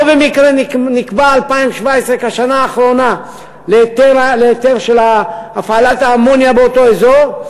לא במקרה נקבעה 2017 כשנה האחרונה להיתר של הפעלת האמוניה באותו אזור.